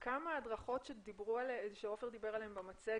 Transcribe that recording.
לגבי ההדרכות וההכשרות שדיבר עליהם עופר במצגת,